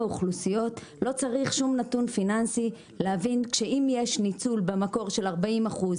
לא יצרתם אוטומטיות כדי שזה שנפגע יוכל לקבל את זה בחברות חיצוניות,